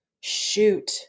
Shoot